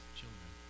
children